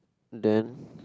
then